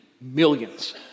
millions